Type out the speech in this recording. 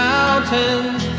Mountains